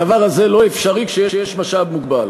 הדבר הזה לא אפשרי כשיש משאב מוגבל.